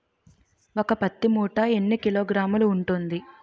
ఒక పత్తి మూట ఎన్ని కిలోగ్రాములు ఉంటుంది?